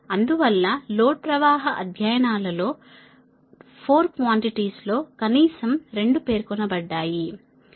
అందువల్ల లోడ్ ప్రవాహ అధ్యయనాలలో 4 క్వాన్టిటీస్ లో కనీసం రెండు పేర్కొనబడ్డాయి అలాగేనా